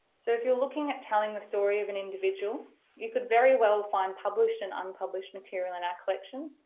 so if you're looking at telling the story of an individual you could very well find published and unpublished material in our collection,